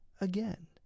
again